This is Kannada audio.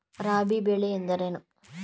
ರಾಬಿ ಬೆಳೆ ಎಂದರೇನು?